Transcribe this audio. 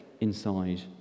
inside